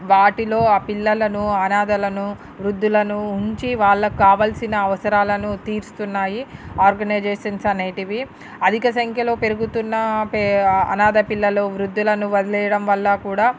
వాటిలో ఆ పిల్లలను అనాథలను వృద్ధులను ఉంచి వాళ్ళకు కావాల్సిన అవసరాలను తీరుస్తున్నాయి ఆర్గనైజేషన్స్ అనేటివి అధిక సంఖ్యలో పెరుగుతున్న అనాథ పిల్లలు వృద్దులను వదిలేయడం వల్ల కూడా